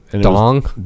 Dong